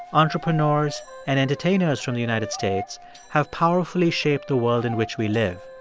entrepreneurs and entertainers from the united states have powerfully shaped the world in which we live.